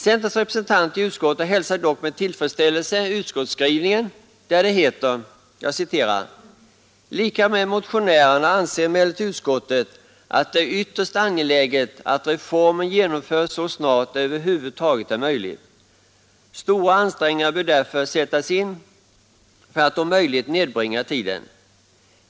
Centerns representant i utskottet hälsar dock med tillfredsställelse utskottsskrivningen där det heter bl.a.: ”Lika med motionärerna anser emellertid utskottet att det är ytterst angeläget att reformen genomförs så snart det över huvud taget är möjligt. Stora ansträngningar bör därför sättas in för att om möjligt nedbringa tiden.